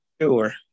Sure